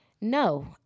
No